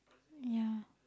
yeah